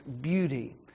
beauty